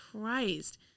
Christ